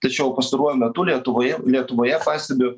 tačiau pastaruoju metu lietuvoje lietuvoje pastebiu